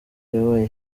yabaye